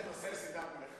תם סדר-היום.